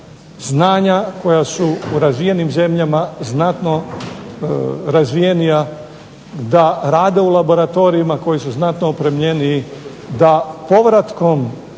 znanja koja su u razvijenim zemljama znatno razvijenija, da rade u laboratorijima koji su znatno opremljeniji, da povratkom